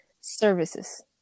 Services